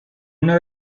una